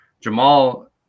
Jamal